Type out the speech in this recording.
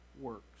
works